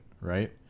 right